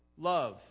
love